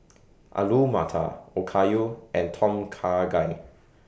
Alu Matar Okayu and Tom Kha Gai